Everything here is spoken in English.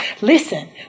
listen